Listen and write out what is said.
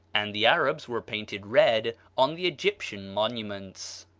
and the arabs were painted red on the egyptian monuments.